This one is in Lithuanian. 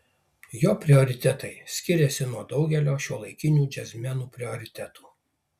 jo prioritetai skiriasi nuo daugelio šiuolaikinių džiazmenų prioritetų